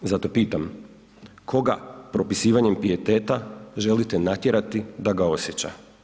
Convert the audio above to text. Zato pitam, koga propisivanjem pijeteta želite natjerati da ga osjeća?